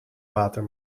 water